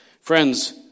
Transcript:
Friends